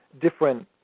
different